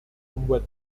membuat